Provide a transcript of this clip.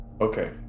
Okay